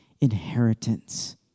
inheritance